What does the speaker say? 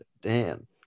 Dan